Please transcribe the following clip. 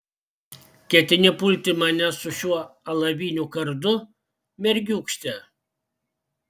ketini pulti mane su šiuo alaviniu kardu mergiūkšte